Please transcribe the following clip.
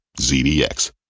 ZDX